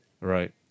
Right